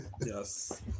Yes